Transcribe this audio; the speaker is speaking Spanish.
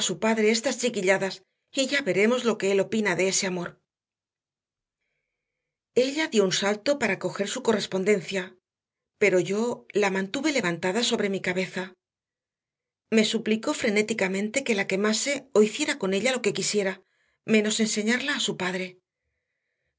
padre estas chiquilladas y ya veremos lo que él opina de ese amor ella dio un salto para coger su correspondencia pero yo la mantuve levantada sobre mi cabeza me suplicó frenéticamente que la quemase o hiciera con ella lo que quisiera menos enseñarla a su padre